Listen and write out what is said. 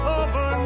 over